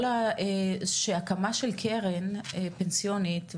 שהקמה של קרן פנסיונית,